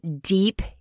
deep